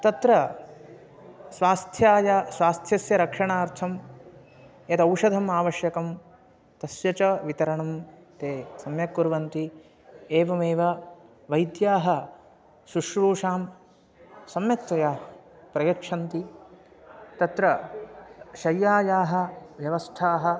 तत्र स्वास्थ्याय स्वास्थ्यस्य रक्षणार्थं यदौषधम् आवश्यकं तस्य च वितरणं ते सम्यक् कुर्वन्ति एवमेव वैद्याः सुश्रूषां सम्यक्तया प्रयच्छन्ति तत्र शय्यायाः व्यवस्थाः